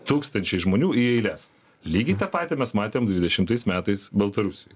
tūkstančiai žmonių į eiles lygiai tą patį mes matėm dvidešimtais metais baltarusijoj